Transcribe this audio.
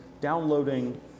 downloading